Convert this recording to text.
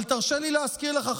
אבל תרשה לי להזכיר לך,